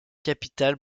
capitale